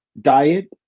diet